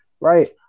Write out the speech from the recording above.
right